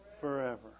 Forever